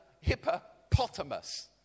Hippopotamus